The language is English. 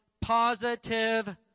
positive